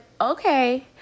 okay